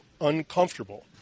uncomfortable